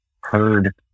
heard